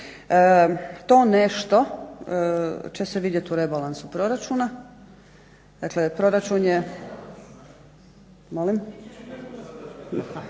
To nešto će se vidjeti u rebalansu proračuna. Dakle, proračun je, molim?